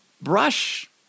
brush